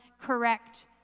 correct